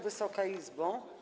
Wysoka Izbo!